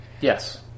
Yes